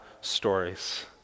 stories